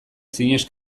zinez